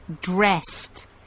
dressed